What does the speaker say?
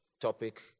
topic